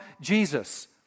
Jesus